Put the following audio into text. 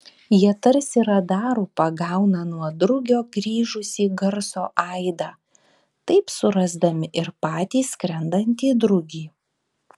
jie tarsi radaru pagauna nuo drugio grįžusį garso aidą taip surasdami ir patį skrendantį drugį